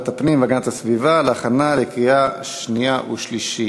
לוועדת הפנים והגנת הסביבה להכנה לקריאה שנייה ושלישית.